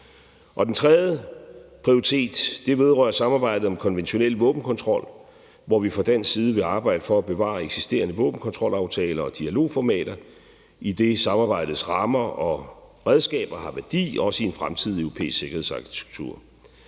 Den tredje prioritet vedrører samarbejdet om konventionel våbenkontrol, hvor vi fra dansk side vil arbejde for at bevare eksisterende våbenkontrolaftaler og dialogformater, idet samarbejdets rammer og redskaber har værdi, også i en fremtidig europæisk sikkerhedsarkitektur.